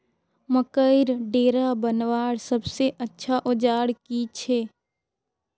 मकईर डेरा बनवार सबसे अच्छा औजार की छे?